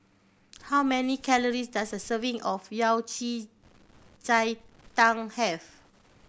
how many calories does a serving of Yao Cai ji tang have